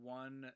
one –